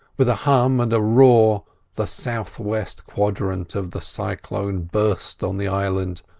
with a hum and a roar the south-west quadrant of the cyclone burst on the island,